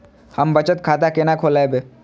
हम बचत खाता केना खोलैब?